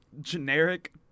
generic